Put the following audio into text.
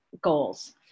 goals